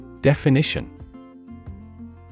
Definition